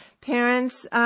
parents